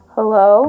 Hello